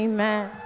Amen